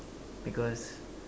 because